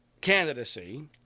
candidacy